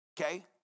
okay